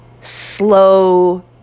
slow